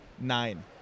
nine